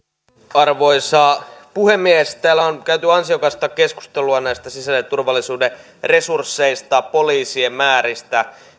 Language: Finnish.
arvoisa puhemies täällä on käyty ansiokasta keskustelua näistä sisäisen turvallisuuden resursseista poliisien määristä